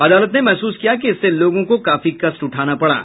अदालत ने महसूस किया कि इससे लोगों को काफी कष्ट उठाना पड़ा